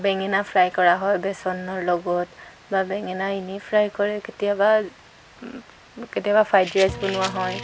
বেঙেনা ফ্ৰাই কৰা হয় বেচনৰ লগত বা বেঙেনা এনেই ফ্ৰাই কৰে কেতিয়াবা কেতিয়াবা ফ্ৰাইড ৰাইচ বনোৱা হয়